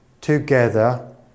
together